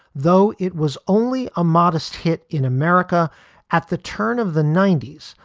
though it was only a modest hit in america at the turn of the ninety s.